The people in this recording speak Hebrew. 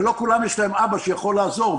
ולא לכולם יש אבא שיכול לעזור,